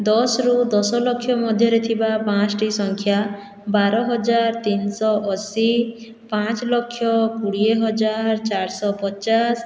ଦଶରୁ ଦଶ ଲକ୍ଷ ମଧ୍ୟରେ ଥିବା ପାଞ୍ଚୋଟି ସଂଖ୍ୟା ବାର ହଜାର ତିନିଶହ ଅଶୀ ପାଞ୍ଚ ଲକ୍ଷ କୋଡ଼ିଏ ହଜାର ଚାରିଶହ ପଚାଶ